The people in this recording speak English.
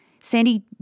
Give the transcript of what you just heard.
Sandy